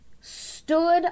stood